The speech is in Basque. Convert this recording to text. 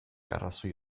arrazoi